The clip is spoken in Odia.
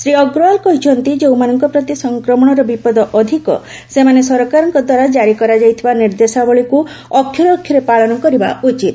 ଶ୍ରୀ ଅଗ୍ରଓ୍ୱାଲ କହିଛନ୍ତି ଯେଉଁମାନଙ୍କ ପ୍ରତି ସଂକ୍ରମଣର ବିପଦ ଅଧିକ ସେମାନେ ସରକାରଙ୍କ ଦ୍ୱାରା ଜାରି କରାଯାଇଥିବା ନିର୍ଦ୍ଦେଶାବଳୀକୁ ଅକ୍ଷରେ ଅକ୍ଷରେ ପାଳନ କରିବା ଉଚିତ